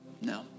No